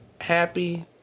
Happy